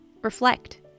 Reflect